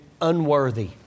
unworthy